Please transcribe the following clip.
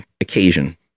occasion